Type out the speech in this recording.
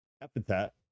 epithet